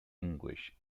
english